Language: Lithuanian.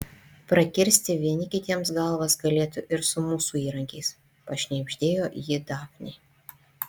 prakirsti vieni kitiems galvas galėtų ir su mūsų įrankiais pašnibždėjo ji dafnei